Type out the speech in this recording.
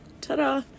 Ta-da